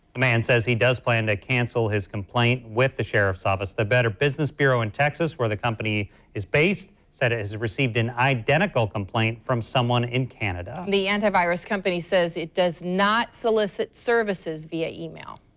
man says he does plan to cancel his complaint with the sheriff's office, the better business bureau in texas where the company is based said it has received an identical complaint from someone in canada. and the antivirus company says it does not solicit services via e-mail.